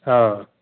ହଁ